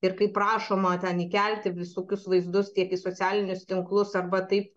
ir kai prašoma ten įkelti visokius vaizdus tiek į socialinius tinklus arba taip